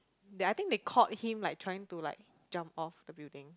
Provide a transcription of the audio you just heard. they I think they caught him like trying to like jump off the building